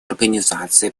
организации